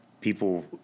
people